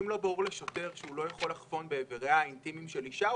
אם לא ברור לשוטר שהוא לא יכול לחפון את איבריה האינטימיים של אישה,